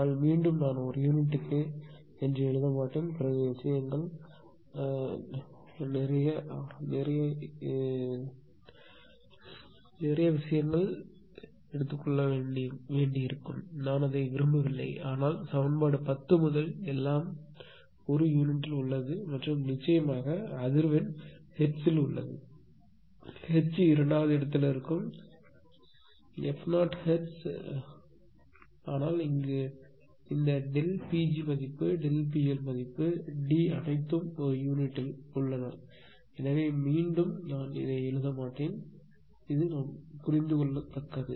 ஆனால் மீண்டும் நான் ஒரு யூனிட்டுக்கு எழுத மாட்டேன் பிறகு விஷயங்கள் விகாரமாகிவிடும் நான் அதை விரும்பவில்லை ஆனால் சமன்பாடு 10 முதல் எல்லாமே ஒரு யூனிட்டில் உள்ளது மற்றும் நிச்சயமாக அதிர்வெண் ஹெர்ட்ஸில் உள்ளது H இரண்டாவது இடத்தில் இருக்கும் f 0 ஹெர்ட்ஸ் ஆனால் இந்த ΔP g மதிப்பு ΔP L மதிப்பு D அனைத்தும் ஒரு யூனிட்டில் எனவே மீண்டும் மீண்டும் நான் எழுத மாட்டேன் ஆனால் புரிந்துகொள்ளத்தக்கது